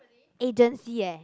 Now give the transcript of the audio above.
agency eh